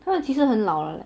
它们其实很老了 leh